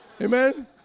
amen